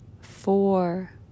four